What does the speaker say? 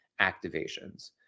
activations